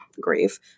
grief